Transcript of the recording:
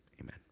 Amen